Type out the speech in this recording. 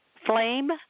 Flame